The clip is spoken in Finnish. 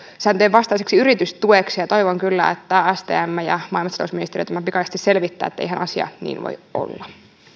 vastaiseksi yritystueksi ja ja toivon kyllä että stm ja maa ja metsätalousministeriö tämän pikaisesti selvittävät eihän asia niin voi olla